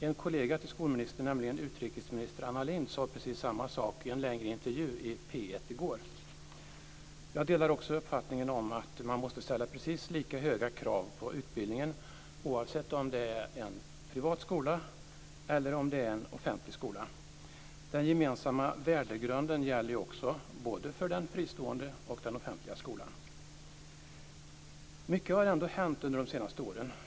En kollega till skoministern, nämligen utrikesminister Anna Lindh, sade precis samma sak i en längre intervju i P 1 i går. Jag delar också uppfattningen att man måste ställa precis lika höga krav på utbildningen, oavsett om det är en privat skola eller om det är en offentlig skola. Den gemensamma värdegrunden gäller också både för den fristående och för den offentliga skolan. Mycket har ändå hänt under de senaste åren.